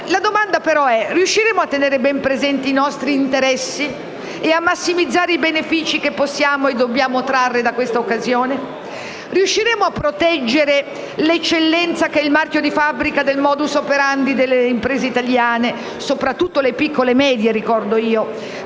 La domanda però è la seguente: riusciremo a tenere ben presenti i nostri interessi e a massimizzare i benefici che possiamo e dobbiamo trarre da questa occasione? Riusciremo a proteggere l'eccellenza che è il marchio di fabbrica del *modus operandi* delle imprese italiane, soprattutto delle piccole e medie imprese,